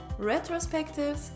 retrospectives